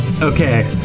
Okay